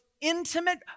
intimate